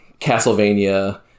Castlevania